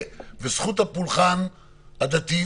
יכול להיות שיש הפרדה בין ההצדקה לסגירת הפעילות